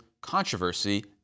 controversy